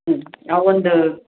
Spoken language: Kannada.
ಹ್ಞೂ ಅವು ಒಂದು